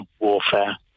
warfare